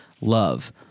love